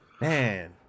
man